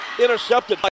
intercepted